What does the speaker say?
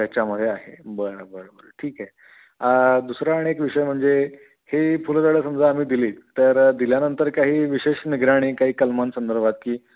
ह्याच्यामुळे आहे बरं बरं बरं ठीक आहे दुसरा आणि एक विषय म्हणजे ही फुलझाडं समजा आम्ही दिली तर दिल्यानंतर काही विशेष निगराणी काही कलमांसंदर्भात की